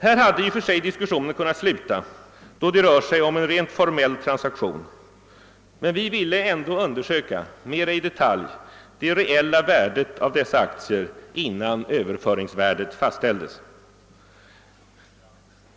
Här hade i och för sig diskussionen kunnat sluta då det rör sig om en rent formell transaktion, men vi ville ändå mer i detalj undersöka det reella värdet av dessa aktier innan överföringsvärdet fastställdes.